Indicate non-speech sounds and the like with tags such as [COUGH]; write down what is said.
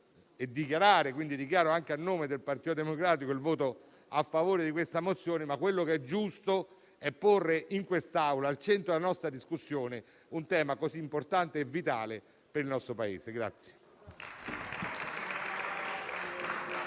Dichiaro quindi, anche a nome del Partito Democratico, il voto favorevole a questa mozione, perché è giusto porre in quest'Aula, al centro della nostra discussione, un tema così importante e vitale per il nostro Paese. [APPLAUSE]